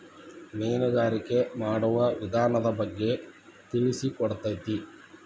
ಮೇನುಗಾರಿಕೆ ಮಾಡುವ ವಿಧಾನದ ಬಗ್ಗೆ ತಿಳಿಸಿಕೊಡತತಿ